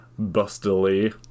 bustily